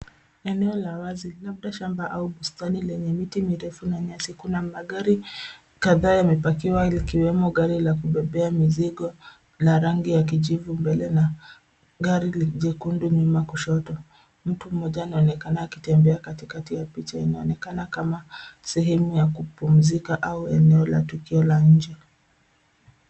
Eneo la wazi labda shamba au bustani lenye miti mirefu na nyasi. Kuna magari kadhaa yamepakiwa likiwemo gari la kubebea mizigo la rangi ya kijivu mbele na gari jekundu nyuma kushoto, mtu mmoja ana onekana akitembea katikati ya picha, ina onekana kama sehemu ya kupumzika au eneo la tukio la nje.